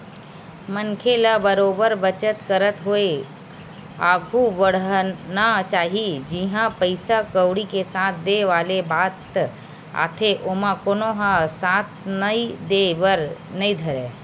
मनखे ल बरोबर बचत करत होय आघु बड़हना चाही जिहाँ पइसा कउड़ी के साथ देय वाले बात आथे ओमा कोनो ह साथ नइ देय बर नइ धरय